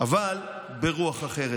אבל ברוח אחרת.